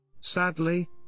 Sadly